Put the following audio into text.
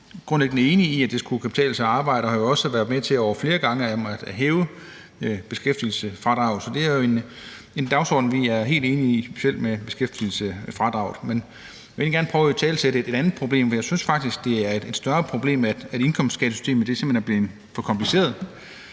grundlæggende enige i, at det skal kunne betale sig at arbejde, og vi har jo også over flere gange været med til at hæve beskæftigelsesfradraget, så det er en dagsorden, vi er helt enige i, specielt i det med beskæftigelsesfradraget. Men jeg vil gerne prøve at italesætte et andet problem, for jeg synes faktisk, det er et større problem, at indkomstskattesystemet simpelt hen er blevet